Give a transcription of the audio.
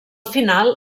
final